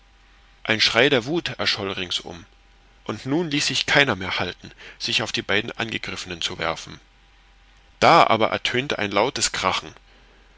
ein schrei der wuth erscholl ringsum und nun ließ sich keiner mehr halten sich auf die beiden angegriffenen zu werfen da aber ertönte ein lautes krachen